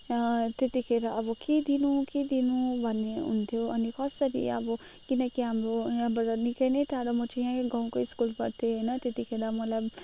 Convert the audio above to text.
त्यतिखेर अब के दिनु के दिनु भन्ने हुन्थ्यो अनि कसरी अब किनकि हाम्रो यहाँबाट निकै नै टाढो म चाहिँ यहीँ गाउँको स्कुल पढ्थेँ होइन त्यतिखेर मलाई